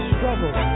Struggle